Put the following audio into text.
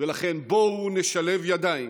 ולכן בואו נשלב ידיים